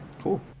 cool